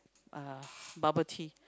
uh bubble tea